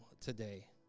today